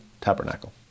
tabernacle